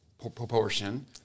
proportion –